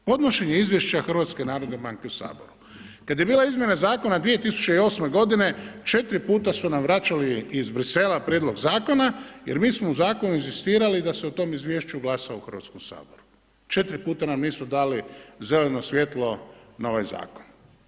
Podnošenje izvješća HNB-a u Saboru, kada je bila izmjena zakona 2008. godine četiri puta su nam vraćali iz Bruxellesa prijedlog zakona jer mi smo u zakonu inzistirali da se u tom izvješću glasa u Hrvatskom saboru, četiri puta nam nisu dali zeleno svjetlo na ovaj zakon.